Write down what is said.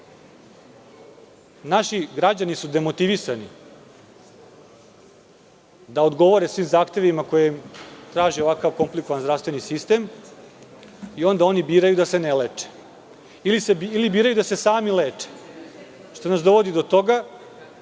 građani su demotivisani da odgovore svim zahtevima koje im traži ovako komplikovan zdravstveni sistem i onda oni biraju da se ne leče ili biraju da se sami leče, što nas dovodi do toga